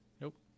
Nope